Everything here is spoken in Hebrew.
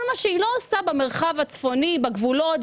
כל מה שהיא לא עושה במרחב הצפוני, בגבולות.